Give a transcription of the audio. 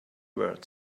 words